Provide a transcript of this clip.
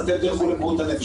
אז אתם תלכו לבריאות הנפש.